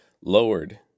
lowered